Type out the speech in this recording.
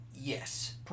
yes